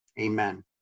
amen